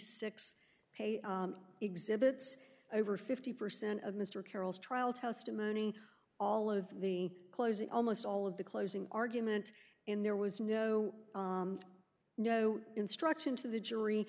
six paid exhibits over fifty percent of mr carroll's trial testimony all of the closing almost all of the closing argument in there was no no instruction to the jury